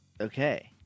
Okay